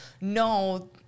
no